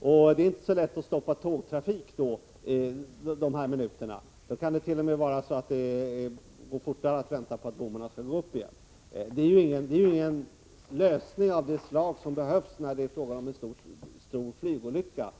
Det är inte så lätt att stoppa tågtrafiken under dessa minuter. Det kan t.o.m. gå fortare att vänta på att bommarna skall gå upp igen. Att hänvisa till möjligheten att stoppa tågtrafiken är inte en lösning av det slag som behövs när det är fråga om en stor flygolycka.